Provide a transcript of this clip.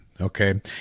okay